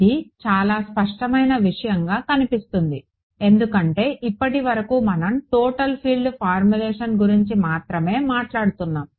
ఇది చాలా స్పష్టమైన విషయంగా కనిపిస్తుంది ఎందుకంటే ఇప్పటివరకు మనం టోటల్ ఫీల్డ్ ఫార్ములేషన్ గురించి మాత్రమే మాట్లాడుతున్నాము